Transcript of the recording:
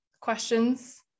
questions